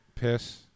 piss